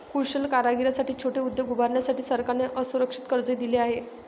कुशल कारागिरांसाठी छोटे उद्योग उभारण्यासाठी सरकारने असुरक्षित कर्जही दिले आहे